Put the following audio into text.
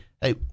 hey